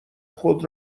خود